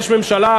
יש ממשלה,